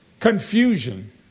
Confusion